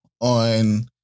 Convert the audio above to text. on